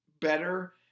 better